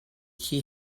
key